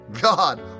God